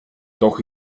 doch